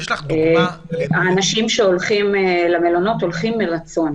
האנשים שהולכים למלונות הולכים מרצון.